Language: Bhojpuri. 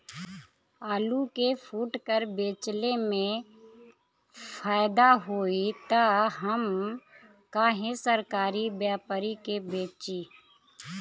आलू के फूटकर बेंचले मे फैदा होई त हम काहे सरकारी व्यपरी के बेंचि?